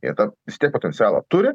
jie tą vis tiek potencialą turi